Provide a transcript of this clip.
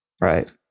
right